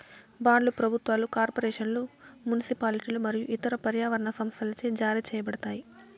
బాండ్లు ప్రభుత్వాలు, కార్పొరేషన్లు, మునిసిపాలిటీలు మరియు ఇతర పర్యావరణ సంస్థలచే జారీ చేయబడతాయి